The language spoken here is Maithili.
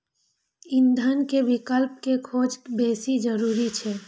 ईंधन के विकल्प के खोज बेसी जरूरी छै